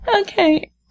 Okay